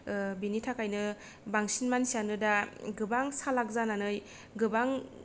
बिनि थाखायनो बांसिन मानसियानो दा गोबां सालाक जानानै गोबां